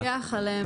וגם לפקח עליהם.